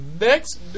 next